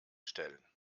stellen